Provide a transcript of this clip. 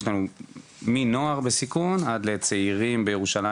יש לנו מנוער בסיכון עד לצעירים בירושלים